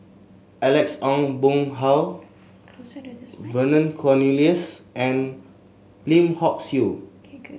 Alex Ong Boon Hau Vernon Cornelius and Lim Hock Siew